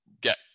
get